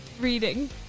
reading